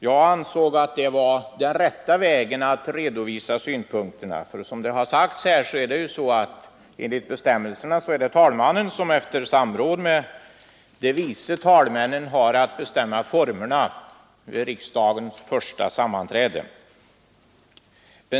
Jag ansåg att det var rätta vägen att redovisa synpunkterna på, ty som det här sagts är det enligt bestämmelserna herr talmannen som efter samråd med vice talmännen har att bestämma om formerna för riksdagens första sammanträde.